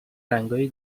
رنگای